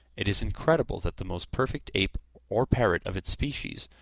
it is incredible that the most perfect ape or parrot of its species,